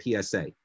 PSA